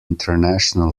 international